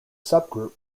subgroup